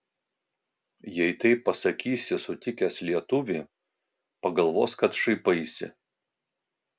jei taip pasakysi sutikęs lietuvį pagalvos kad šaipaisi